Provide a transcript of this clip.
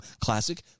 classic